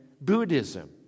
Buddhism